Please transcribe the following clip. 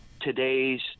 today's